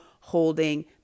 holding